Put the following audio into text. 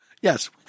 Yes